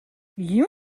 you